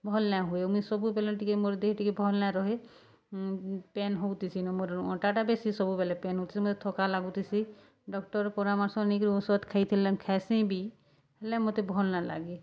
ଭଲ୍ ନାଇଁ ହୁଏ ମୁଇଁ ସବୁବେଲେ ଟିକେ ମୋର୍ ଦିହି ଟିକେ ଭଲ୍ ନାଇଁ ରହେ ପେନ୍ ହଉଥିସିନ ମୋର୍ ଅଣ୍ଟାଟା ବେଶୀ ସବୁବେଲେ ପେନ୍ ହଉଥିସି ମତେ ଥକା ଲାଗୁଥିସି ଡକ୍ଟର୍ ପରାମର୍ଶ ନେଇକରି ଔଷଧ ଖାଇଥିଲା ଖାଇସେଇ ବି ହେଲେ ମତେ ଭଲ୍ ନାଇଁ ଲାଗେ